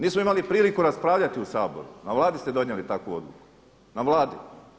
Nismo imali priliku raspravljati u Saboru, na vladi ste donijeli takvu odluku, na vladi.